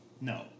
No